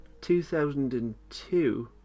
2002